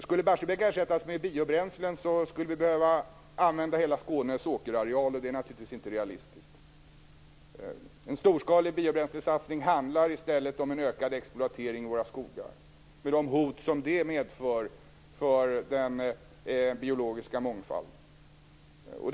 Skulle Barsebäck ersättas med biobränslen skulle vi behöva använda hela Skånes åkerareal, och det är naturligtvis inte realistiskt. En storskalig biobränslesatsning handlar i stället om en ökad exploatering av våra skogar med de hot som det medför för den biologiska mångfalden.